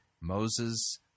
moses